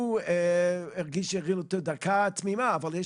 הוא הרגיש את זה במשך דקה אחת תמימה אבל יש